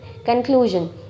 Conclusion